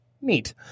neat